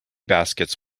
baskets